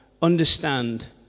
Understand